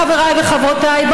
חבריי וחברותיי,